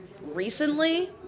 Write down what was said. recently